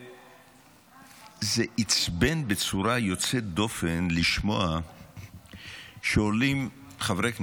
זה עצבן בצורה יוצאת דופן לשמוע שעולים חברי כנסת,